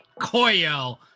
Koyo